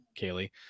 Kaylee